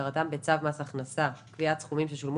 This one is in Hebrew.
כהגדרתם בצו מס הכנסה (קביעת סכומים ששולמו